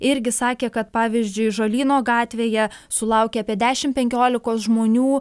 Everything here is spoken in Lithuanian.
irgi sakė kad pavyzdžiui žolyno gatvėje sulaukia apie dešim penkiolikos žmonių